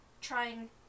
Trying